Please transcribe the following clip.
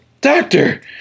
doctor